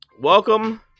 Welcome